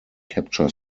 capture